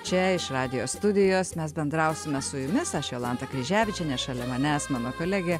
čia iš radijo studijos mes bendrausime su jumis aš jolanta kryževičienė šalia manęs mano kolegė